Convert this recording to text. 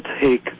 take